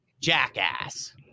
Jackass